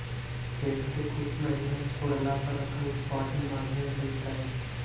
खेत के कुछ महिना छोड़ला पर ओकर उत्पादन बढ़िया जैतइ?